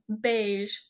beige